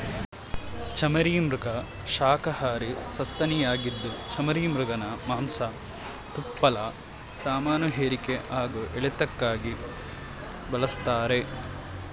ಚಮರೀಮೃಗ ಶಾಖಹಾರಿ ಸಸ್ತನಿಯಾಗಿದ್ದು ಚಮರೀಮೃಗನ ಮಾಂಸ ತುಪ್ಪಳ ಸಾಮಾನುಹೇರಿಕೆ ಹಾಗೂ ಎಳೆತಕ್ಕಾಗಿ ಬಳಸ್ತಾರೆ